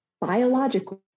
biologically